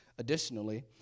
Additionally